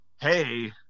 hey